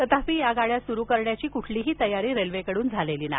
तथापि या गाड्या सुरू करण्याची कोणतीही तयारी रेल्वेकड्रन अद्याप झालेली नाही